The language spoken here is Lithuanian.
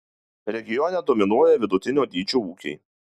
regione dominuoja vidutinio dydžio ūkiai